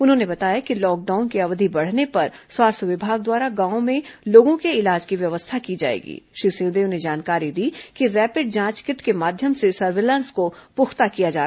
उन्होंने बताया कि लॉकडाउन की अवधि बढ़ने पर स्वास्थ्य विभाग द्वारा गांवों में लोगों के इलाज की व्यवस्था की श्री सिंहदेव ने जानकारी दी कि रैपिड जांच किट के माध्यम से सर्विलांस को पुख्ता किया जा जाएगी